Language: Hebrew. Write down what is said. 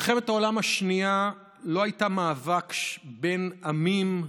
מלחמת העולם השנייה לא הייתה מאבק בין עמים,